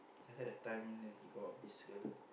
that's why that time then he go out with this girl